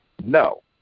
No